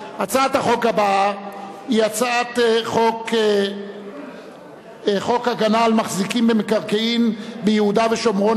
הצעת החוק הבאה היא הצעת חוק הגנה על מחזיקים במקרקעין ביהודה ושומרון,